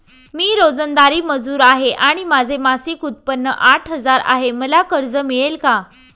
मी रोजंदारी मजूर आहे आणि माझे मासिक उत्त्पन्न आठ हजार आहे, मला कर्ज मिळेल का?